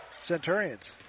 Centurions